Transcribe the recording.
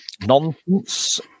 nonsense